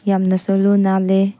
ꯌꯥꯝꯅꯁꯨ ꯂꯨ ꯅꯥꯜꯂꯦ